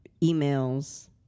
emails